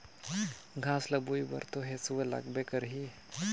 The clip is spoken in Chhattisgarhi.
घास ल लूए बर तो हेसुआ लगबे करही